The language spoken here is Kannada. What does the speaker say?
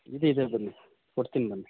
ಇದೆ ಇದೆ ಬನ್ನಿ ಕೊಡ್ತಿನಿ ಬನ್ನಿ